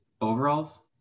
overalls